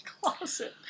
closet